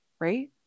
right